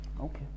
Okay